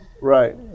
Right